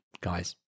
guys